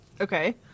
Okay